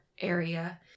area